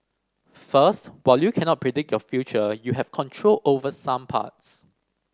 first while you cannot predict your future you have control over some parts